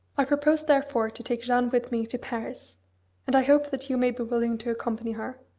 i propose therefore to take jeanne with me to paris and i hope that you may be willing to accompany her,